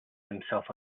himself